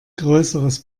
größeres